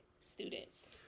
students